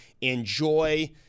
Enjoy